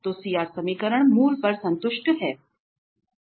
तो CR समीकरण मूल पर संतुष्ट हैं